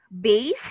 base